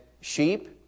sheep